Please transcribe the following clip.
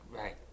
Right